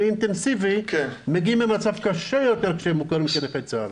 אינטנסיבי מגיעים למצב קשה יותר כשהם מוכרים כנכי צה"ל.